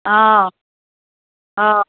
অঁ অঁ